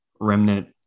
remnant